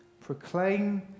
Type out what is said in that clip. Proclaim